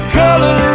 color